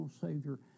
savior